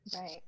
Right